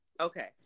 Okay